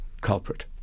culprit